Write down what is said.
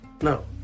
No